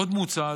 עוד מוצע,